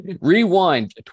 Rewind